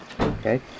Okay